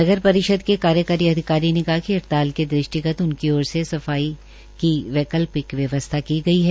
नगर परिषद के कार्यकारी अधिकारी ने कहा कि हड़ताल के दृष्टि उनकी ओर से सफाई की वैकल्पिक व्यवसथा की गई है